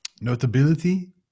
notability